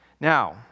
Now